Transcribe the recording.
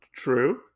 true